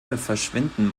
verschwinden